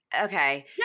okay